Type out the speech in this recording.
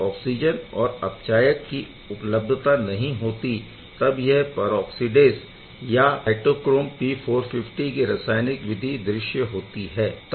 जब ऑक्सिजन और अपचायक की उपलब्धता नहीं होती तब यह परऑक्सीडेस या साइटोक्रोम P450 की रसायन विधि दृश्य होती है